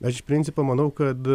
aš iš principo manau kad